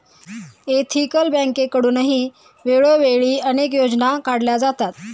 ethical बँकेकडूनही वेळोवेळी अनेक योजना काढल्या जातात